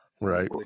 Right